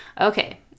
okay